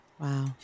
Wow